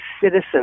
citizens